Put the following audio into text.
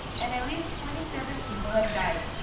and at least twenty seven people have died.